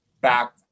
back